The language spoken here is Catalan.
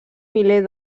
miler